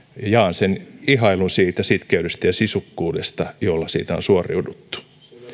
jaan sen ihailun siitä sitkeydestä ja sisukkuudesta jolla siitä on suoriuduttu